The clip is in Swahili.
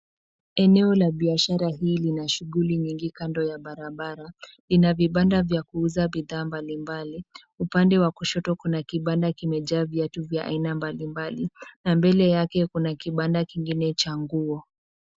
Eneo la biashara hii lina shughuli nyingi kando ya barabara. Ina vibanda vya kuuza bidhaa mbalimbali. Upande wa kushoto kuna kibanda kimejaa viatu vya aina mbalimbali na mbele yake kuna kibanda kingine cha nguo.